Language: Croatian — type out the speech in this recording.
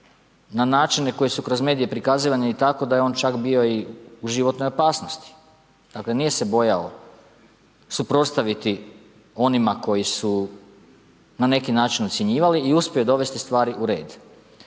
na načine koji su kroz medije prikazivani tako da je on čak bio i u životnoj opasnosti. Dakle, nije se bojao suprotstaviti onima koji su na neki način ucjenjivali i uspjeli dovesti stvari u red.